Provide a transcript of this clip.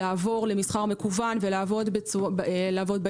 לעבור למסחר מקוון ולעבוד באינטרנט,